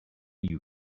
you